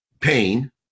pain